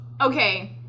Okay